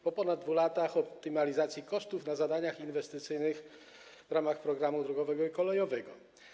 Po ponad 2 latach optymalizacji kosztów na zadaniach inwestycyjnych w ramach programu drogowego i kolejowego.